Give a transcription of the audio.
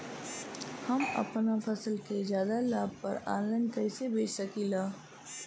हम अपना फसल के ज्यादा लाभ पर ऑनलाइन कइसे बेच सकीला?